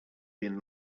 been